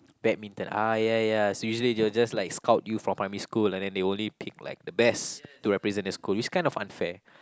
badminton ah ya ya so usually they will just like scout you from primary school and then they only pick like the best to represent the school is kind of unfair